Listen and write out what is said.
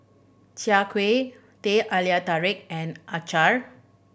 Chai Kuih Teh Halia Tarik and acar